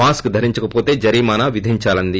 mask ధరించకపొతే జరిమానా విధించాలంది